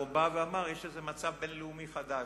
הוא בא ואמר שיש איזה מצב בין-לאומי חדש.